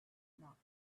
knocked